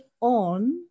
on